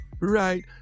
Right